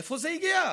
מאיפה זה הגיע?